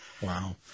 Wow